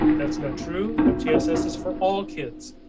that's not true. mtss is for. all kids,